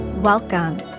Welcome